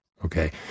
Okay